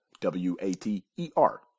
W-A-T-E-R